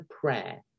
prayer